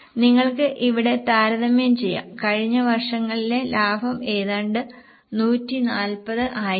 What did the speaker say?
നിങ്ങൾക്ക് ഇവിടെ താരതമ്യം ചെയ്യാം കഴിഞ്ഞ വര്ഷങ്ങളിലെ ലാഭം ഏതാണ്ട് 140 ആയിരുന്നു